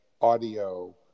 audio